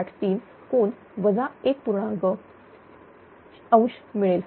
1° मिळेल